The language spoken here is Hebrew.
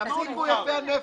תפסיקו להיות יפי נפש.